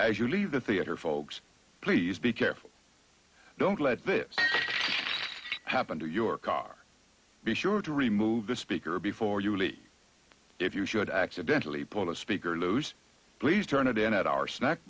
as you leave the theater folks please be careful don't let this happen to your car be sure to remove the speaker before you leave if you should accidentally pull a speaker lose please turn it in at our snack